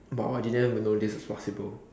but !wah! I didn't even know this was possible